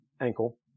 ankle